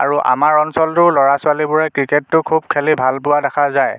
আৰু আমাৰ অঞ্চলটো ল'ৰা ছোৱালীবোৰে ক্ৰিকেটটো খুব খেলি ভাল পোৱা দেখা যায়